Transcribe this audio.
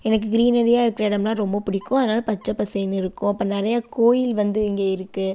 எனக்கு கிரின்னறியா இருக்கிற இடம்லாம் ரொம்ப பிடிக்கும் அதனால் பச்சைப்பசேலுன்னு இருக்கும் அப்போ நிறையா கோயில் வந்து இங்கே இருக்குது